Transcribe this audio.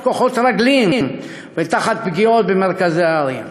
כוחות רגלים ותחת פגיעות במרכזי הערים.